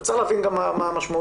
צריך להבין מה המשמעות